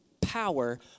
power